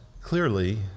clearly